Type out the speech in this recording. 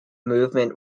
movement